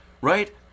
right